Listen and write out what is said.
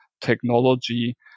technology